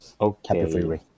Okay